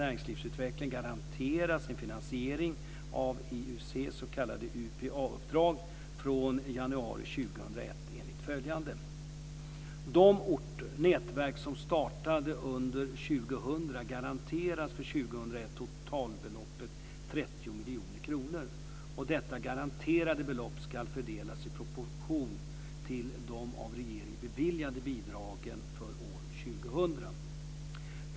De orter/nätverk som startade under år 2000 garanteras för 2001 totalbeloppet 30 miljoner kronor. Detta garanterade belopp ska fördelas i proportion till de av regeringen beviljade bidragen för år 2000.